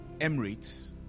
Emirates